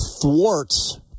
Thwarts